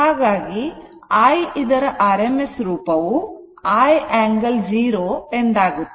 ಹಾಗಾಗಿ i ಇದರ rms ರೂಪವು I angle 0 ಎಂದಾಗುತ್ತದೆ